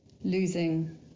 losing